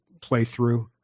playthrough